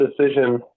decision